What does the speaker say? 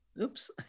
Oops